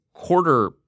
quarter